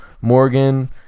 Morgan